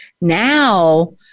Now